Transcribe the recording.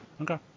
Okay